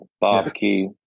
barbecue